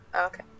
okay